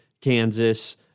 Kansas